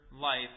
life